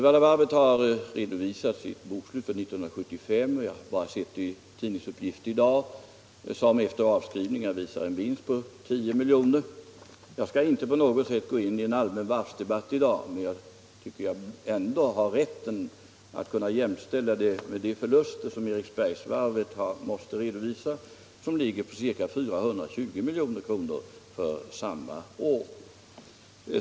Varvet har framlagt sitt bokslut för år 1975 — jag har bara sett det i en tidningsuppgift i dag — vilket efter avskrivningar visar en vinst på 10 milj.kr. Jag skall inte gå in i en allmän varvsdebatt i dag, men jag tycker mig ändå ha rätt att jämföra den vinsten med de förluster som Eriksbergsvarvet har måst redovisa för samma år och som ligger på ca 420 milj.kr.